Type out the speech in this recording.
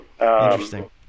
Interesting